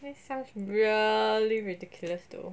that sounds really ridiculous though